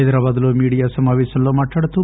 హైదరాబాద్ లో మీడియా సమాపేశంలో మాట్లాడుతూ